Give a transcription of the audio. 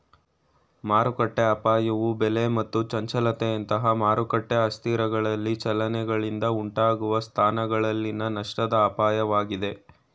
ಮಾರುಕಟ್ಟೆಅಪಾಯವು ಬೆಲೆ ಮತ್ತು ಚಂಚಲತೆಯಂತಹ ಮಾರುಕಟ್ಟೆ ಅಸ್ಥಿರಗಳಲ್ಲಿ ಚಲನೆಗಳಿಂದ ಉಂಟಾಗುವ ಸ್ಥಾನಗಳಲ್ಲಿನ ನಷ್ಟದ ಅಪಾಯವಾಗೈತೆ